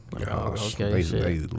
Okay